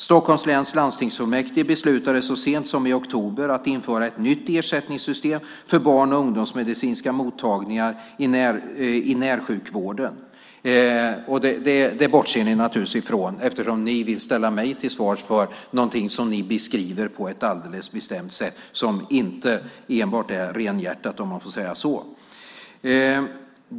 Stockholms läns landstingsfullmäktige beslutade så sent som i oktober att införa ett nytt ersättningssystem för barn och ungdomsmedicinska mottagningar i närsjukvården. Detta bortser ni naturligtvis från, eftersom ni vill ställa mig till svars för något som ni beskriver på ett alldeles bestämt sätt som inte enbart är renhjärtat, om man får säga så.